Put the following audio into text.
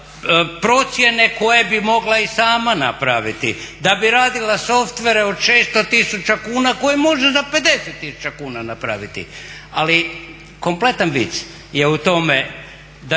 procjene koje bi mogla i sama napraviti, da bi radila softvere od 600 tisuća kuna koje može za 50 tisuća kuna napraviti. Ali kompletan vic je u tome da jedino